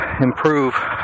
improve